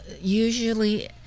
Usually